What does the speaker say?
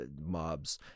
mobs